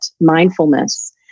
mindfulness